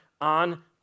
on